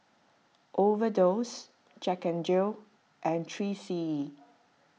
Overdose Jack N Jill and three C E